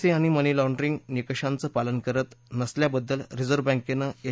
C आणि money laundering निकषांचं पालन करत नसल्याबद्दल रिझर्व्ह बँकेनं एच